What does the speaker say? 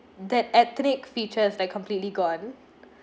that ethnic features like completely gone